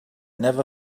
never